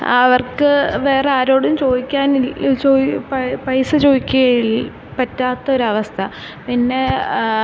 അവർക്ക് വേറെ ആരോടും ചോദിക്കാനില്ല ചോ പൈസ ചോദിക്കാൻ പറ്റാത്തൊരവസ്ഥ പിന്നെ